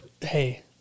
Hey